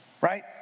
right